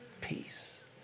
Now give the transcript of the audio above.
Peace